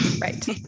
Right